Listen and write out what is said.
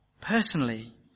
Personally